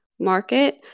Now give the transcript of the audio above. market